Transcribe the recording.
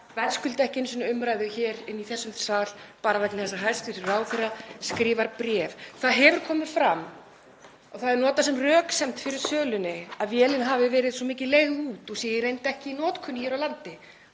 verðskuldi ekki einu sinni umræðu hér í þessum sal bara vegna þess að hæstv. dómsmálaráðherra skrifar bréf. Það hefur komið fram og það er notað sem röksemd fyrir sölunni að vélin hafi verið svo mikið leigð út og sé ekki í notkun hér á landi.